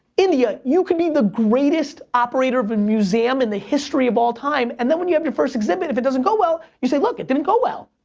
india, you could be the greatest operator of a museum in the history of all time, and then when you have your first exhibit, if it doesn't go well, you say, look, it didn't didn't go well,